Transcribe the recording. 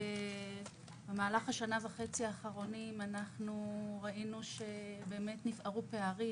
במהלך השנה וחצי האחרונים ראינו שנפערו פערים